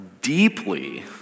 deeply